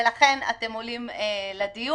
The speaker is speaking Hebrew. ולכן אתם עולים לדיון,